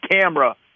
camera